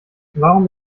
warum